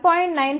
95 నుండి 2